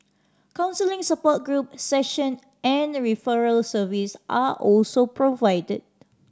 counselling support group session and referral service are also provided